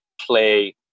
play